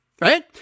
Right